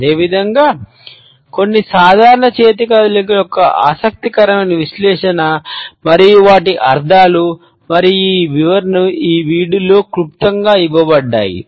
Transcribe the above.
అదేవిధంగా కొన్ని సాధారణ చేతి కదలికల యొక్క ఆసక్తికరమైన విశ్లేషణ మరియు వాటి అర్థాలు మరియు వివరణలు ఈ వీడియోలో క్లుప్తంగా ఇవ్వబడ్డాయి